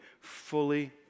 fully